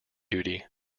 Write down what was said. duty